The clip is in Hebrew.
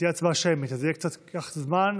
תהיה הצבעה שמית, אז זה קצת ייקח זמן.